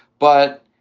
but,